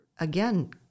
again